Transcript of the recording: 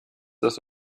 das